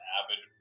avid